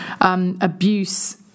abuse